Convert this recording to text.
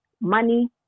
Money